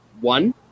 one